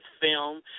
film